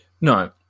No